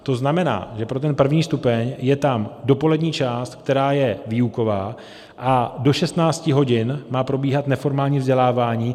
To znamená, že pro ten první stupeň je tam dopolední část, která je výuková, a do 16 hodin má probíhat neformální vzdělávání.